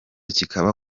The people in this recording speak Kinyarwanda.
kikaba